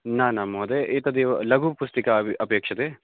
न न महोदय एतदेव लघु पुस्तिका अपेक्ष्यते